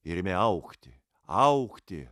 ir ėmė augti augti